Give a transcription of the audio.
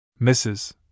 Mrs